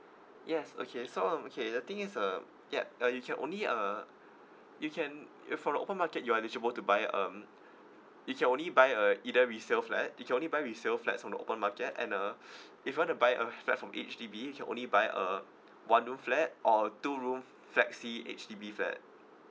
yes okay so um okay the thing is uh yup uh you can only uh you can from an open market you are eligible to buy um you can only buy a either resale flat you only buy resale flat from the open market and uh if you want to buy a flat from HDN you can only buy a one room flat or a two room flexi H_D_B fat